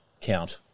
count